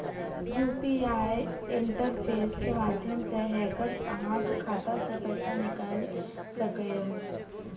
UPI interface के माध्यम सं हैकर्स अहांक खाता सं पैसा निकालि सकैए